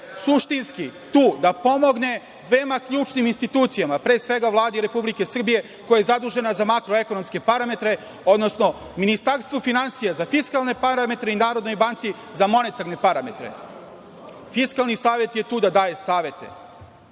suštinski tu da pomogne dvema ključnim institucijama, pre svega Vladi Republike Srbije, koja je zadužena za makroekonomske parametre, odnosno Ministarstvo finansija za fiskalne parametre i Narodnoj banci za monetarne parametre. Fiskalni savet je tu da daje savete. Kada